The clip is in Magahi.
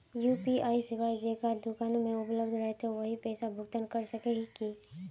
यु.पी.आई सेवाएं जेकरा दुकान में उपलब्ध रहते वही पैसा भुगतान कर सके है की?